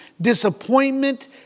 disappointment